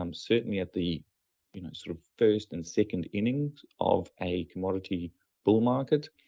um certainly at the you know sort of first and second inning of a commodity bull market,